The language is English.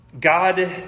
God